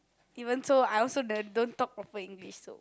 even so I also the don't talk proper English so